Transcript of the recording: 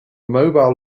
mobile